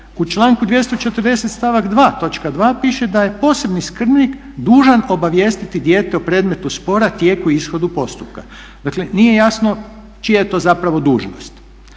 točka 2. piše da je posebni skrbnik dužan obavijestiti dijete o predmetu spora, tijeku i ishodu postupka. Dakle nije jasno čija je to zapravo dužnost.